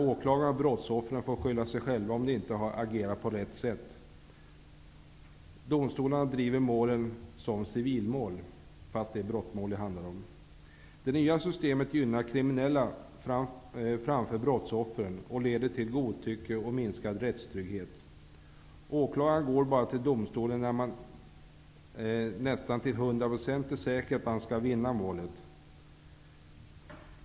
Åklagare och brottsoffer får då skylla sig själva om de inte har agerat på rätt sätt. Domstolarna driver målen som civilmål, fast det är brottmål det handlar om. Det nya systemet gynnar kriminella framför brottsoffer och leder till godtycke och minskad rättstrygghet. Åklagaren går till domstolen bara när han nästan till hundra procent är säker på att han skall vinna målet.